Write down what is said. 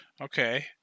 okay